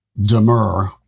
demur